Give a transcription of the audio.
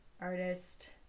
artist